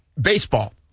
baseball